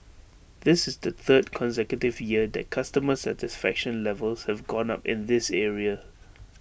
this is the third consecutive year that customer satisfaction levels have gone up in this area